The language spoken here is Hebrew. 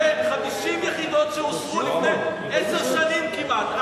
זה 50 יחידות שאושרו לפני עשר שנים כמעט.